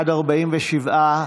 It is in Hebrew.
47,